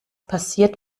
passiert